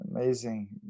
amazing